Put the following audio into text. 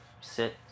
sit